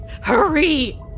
hurry